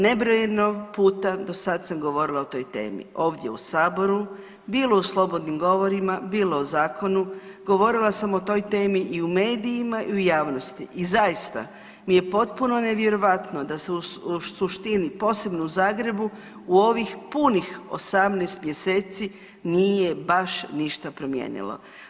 Nebrojeno puta do sad sam govorila o toj temi ovdje u Saboru, bilo u slobodnim govorima, bilo u zakonu, govorila sam o toj temi i u medijima i u javnosti i zaista mi je potpuno nevjerojatno da se u suštini, posebno u Zagrebu, u ovih punih 18 mjeseci nije baš ništa promijenilo.